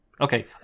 Okay